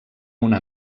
una